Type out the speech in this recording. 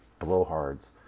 blowhards